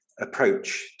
approach